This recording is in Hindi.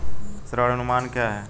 ऋण अनुमान क्या है?